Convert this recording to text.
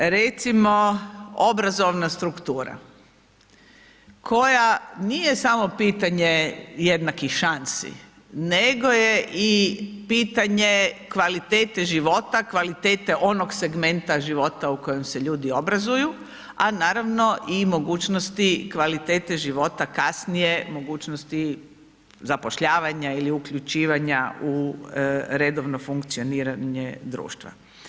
Recimo, obrazovna struktura koja nije samo pitanje jednakih šansi, nego je i pitanje kvalitete života, kvalitete onog segmenta života u kojem se ljudi obrazuju, a naravno i mogućnosti kvalitete života kasnije, mogućnosti zapošljavanja ili uključivanja u redovno funkcioniranje društva.